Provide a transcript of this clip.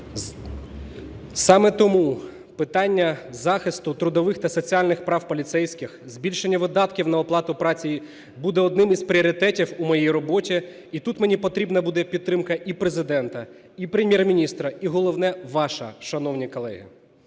Саме тому питання захисту трудових та соціальних прав поліцейських, збільшення видатків на оплату праці буде одним із пріоритетів у моїй роботі. І тут мені потрібна буде підтримка і Президента, і Прем'єр-міністра, і, головне, ваша, шановні колеги.